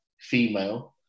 female